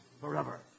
forever